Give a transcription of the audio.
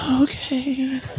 Okay